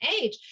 age